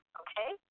okay